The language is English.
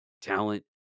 talent